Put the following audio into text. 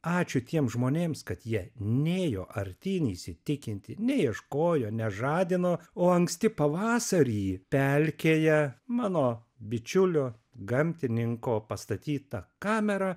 ačiū tiems žmonėms kad jie nėjo artyn įsitikinti neieškojo nežadino o anksti pavasarį pelkėje mano bičiulio gamtininko pastatyta kamera